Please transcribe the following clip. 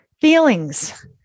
Feelings